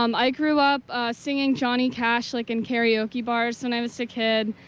um i grew up singing johnny cash like in karaoke bars when i was a kid.